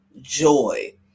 joy